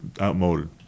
outmoded